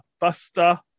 Buster